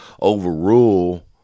overrule